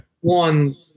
One